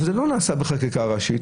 אבל זה לא נעשה בחקיקה ראשית,